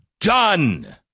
done